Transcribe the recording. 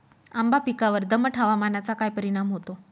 आंबा पिकावर दमट हवामानाचा काय परिणाम होतो?